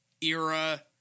era